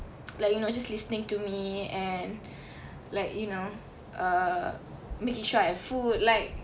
like you know just listening to me and like you know err making sure I have food like